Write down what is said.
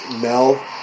Mel